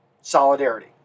Solidarity